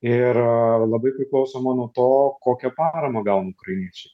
ir labai priklausoma nuo to kokią paramą gauna ukrainiečiai